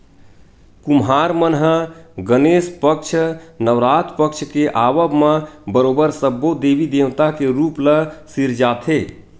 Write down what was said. कुम्हार मन ह गनेस पक्छ, नवरात पक्छ के आवब म बरोबर सब्बो देवी देवता के रुप ल सिरजाथे